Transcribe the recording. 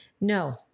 No